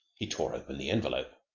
he tore open the envelope.